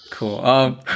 Cool